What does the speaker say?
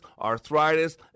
arthritis